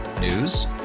News